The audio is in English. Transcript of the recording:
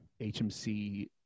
hmc